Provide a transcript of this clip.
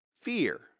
fear